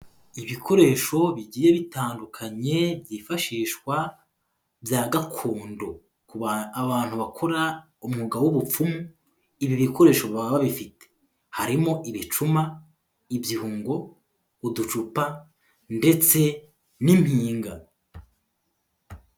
Ibikoresho bigiye bitandukanye byifashishwa bya gakondo. Abantu bakora umwuga w'ubupfumu ibi bikoresho baba babifite. Harimo ibicuma, ibyungo, uducupa ndetse n'impinga.